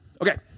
Okay